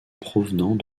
provenant